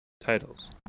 titles